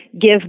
give